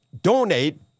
donate